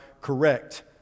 correct